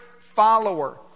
follower